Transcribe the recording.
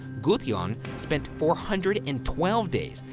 gudjon spent four hundred and twelve days.